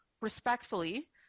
Respectfully